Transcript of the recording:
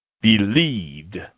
believed